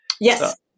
Yes